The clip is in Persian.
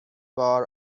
بار